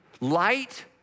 Light